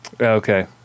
Okay